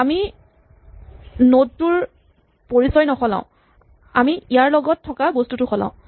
আমি নড টোৰ পৰিচয় নসলাওঁ আমি ইয়াত থকা বস্তুটো সলাওঁ